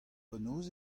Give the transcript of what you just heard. penaos